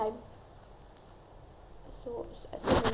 so so many gaps that I have to figure out